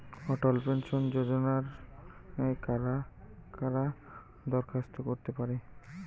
অটল pension যোজনায় কারা কারা দরখাস্ত করতে পারে?